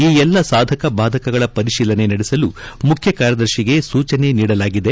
ಈ ಎಲ್ಲಾ ಸಾಧಕ ಬಾಧಕಗಳ ಪರಿತೀಲನೆ ನಡೆಸಲು ಮುಖ್ಯ ಕಾರ್ಯದರ್ಶಿಗೆ ಸೂಚನೆ ನೀಡಲಾಗಿದೆ